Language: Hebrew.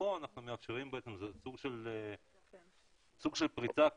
כאן אנחנו מאפשרים, זה סוג של פריצה כזאת,